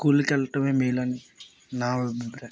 స్కూల్కు వెళ్ళటమే మేలని నా అభిప్రాయం